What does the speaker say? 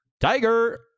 Tiger